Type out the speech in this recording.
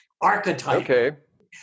archetype